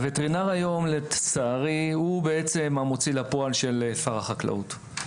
הווטרינר היום לצערי הוא המוציא לפועל של שר החקלאות.